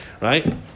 Right